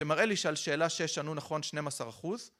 זה מראה לי שעל שאלה שש ענו נכון 12%